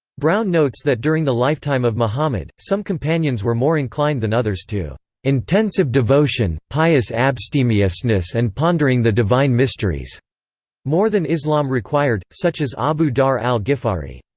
brown notes that during the lifetime of muhammad, some companions were more inclined than others to intensive devotion, pious abstemiousness and pondering the divine mysteries more than islam required, such as abu dhar al-ghifari.